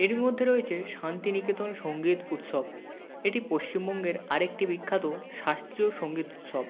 এরই মধ্যে রয়েছে শান্তিনিকেতন সঙ্গীত উৎসব এটি পশ্চিমবঙ্গের আর একটি বিখ্যাত শাস্ত্রীয় সংগীত উৎসব